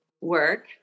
work